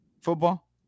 football